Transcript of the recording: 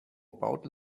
about